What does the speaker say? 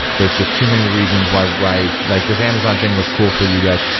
there're just too many reasons why why like this amazon thing was cool for you guys.